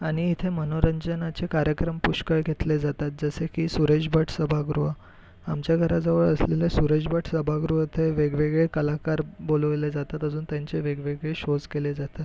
आणि इथे मनोरंजनाचे कार्यक्रम पुष्कळ घेतले जातात जसे की सुरेश भट सभागृह आमच्या घराजवळ असलेल्या सुरेश भट सभागृहात हे वेगवेगळे कलाकार बोलवले जातात अजून त्यांचे वेगवेगळे शोज केले जातात